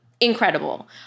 incredible